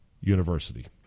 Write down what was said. University